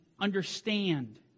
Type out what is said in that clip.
understand